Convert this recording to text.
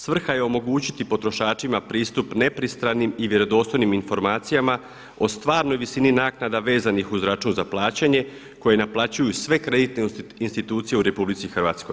Svrha je omogućiti potrošačima pristup nepristranim i vjerodostojnim informacijama o stvarnoj visini naknada vezanih uz račun za plaćanje koji naplaćuju sve kreditne institucije u RH.